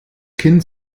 kind